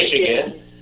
Michigan